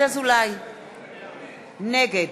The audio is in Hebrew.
נגד